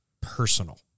personal